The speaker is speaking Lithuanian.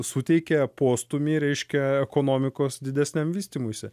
suteikė postūmį reiškia ekonomikos didesniam vystymuisi